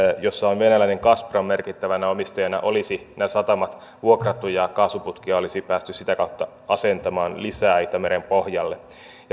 jossa on venäläinen gazprom merkittävänä omistajana olisi nämä satamat vuokrattu ja kaasuputkia olisi päästy sitä kautta asentamaan lisää itämeren pohjalle